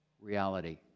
reality